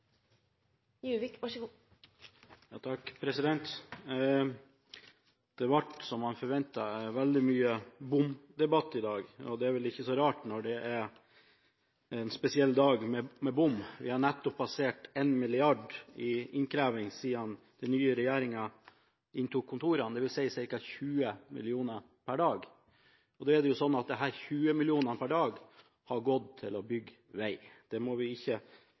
Det ble, som man forventet, veldig mye bomdebatt i dag. Det er vel ikke så rart, for det er en spesiell dag med bompenger. Vi har nettopp passert 1 mrd. kr i innkreving siden den nye regjeringen inntok kontorene, dvs. ca. 20 mill. kr per dag. Da har jo disse 20 millionene per dag gått til å bygge vei – det må vi ikke